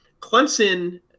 Clemson